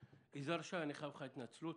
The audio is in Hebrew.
יזהר שי, אני חייב לך התנצלות.